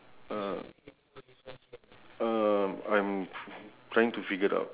ya two more